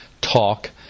talk